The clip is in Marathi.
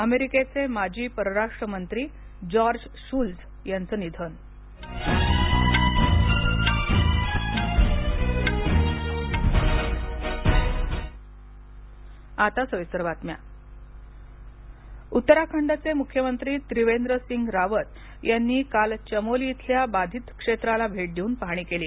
अमेरिकेचे माजी परराष्ट्रमंत्री जॉर्ज शुल्झ यांचं निधन उत्तराखंड उत्तराखंडचे मुख्यमंत्री त्रिवेंद्र सिंग रावत यांनी काल चामोली इथल्या बाधित क्षेत्राला भेट देऊन पाहणी केली